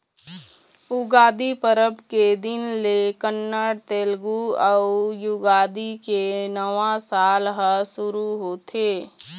उगादी परब के दिन ले कन्नड़, तेलगु अउ युगादी के नवा साल ह सुरू होथे